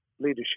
leadership